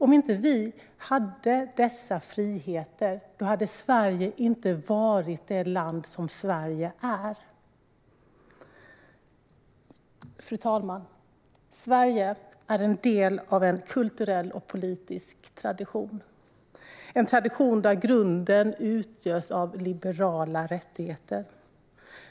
Om vi inte hade haft dessa friheter hade Sverige inte varit det land som Sverige är. Fru talman! Sverige är en del av en kulturell och politisk tradition där grunden utgörs av liberala rättigheter.